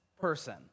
person